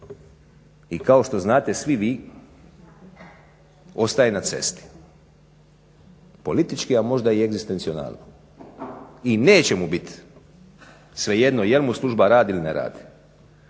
i kao što znate svi vi, ostaje na cesti. Politički a možda i egzistencijalno. I neće mu biti svejedno je li mu služba radi ili ne radi.